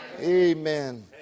Amen